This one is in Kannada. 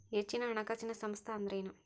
ಹೆಚ್ಚಿನ ಹಣಕಾಸಿನ ಸಂಸ್ಥಾ ಅಂದ್ರೇನು?